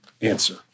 answer